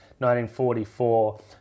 1944